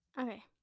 Okay